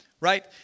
right